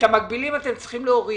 את המקבילים אתם צריכים להוריד.